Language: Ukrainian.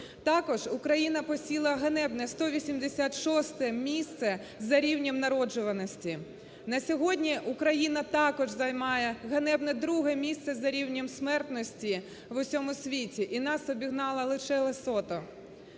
Також Україна посіла ганебне 186 місце за рівнем народжуваності. На сьогодні Україна також займає ганебне друге місце за рівнем смертності в усьому світі і нас обігнало лише Лесото.